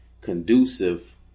conducive